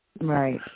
Right